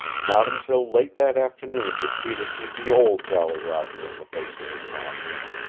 not until late that afternoon did peter see the old jolly roger in the face of his master.